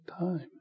time